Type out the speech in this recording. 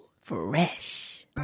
Fresh